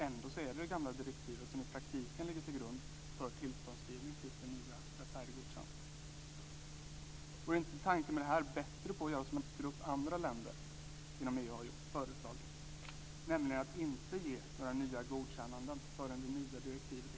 Ändå är det det gamla direktivet som i praktiken ligger till grund för tillståndsgivning tills det nya är färdiggodkänt. Vore det inte med tanke på detta bättre att göra som en grupp andra länder inom EU har föreslagit, nämligen att inte ge några nya godkännanden förrän det nya direktivet är helt klart?